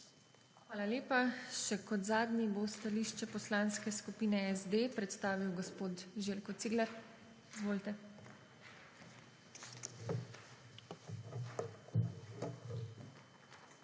Hvala lepa. Še kot zadnji bo stališče poslanske skupine SD predstavil gospod Željko Cigler. Izvolite.